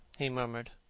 he murmured.